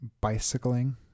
bicycling